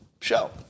show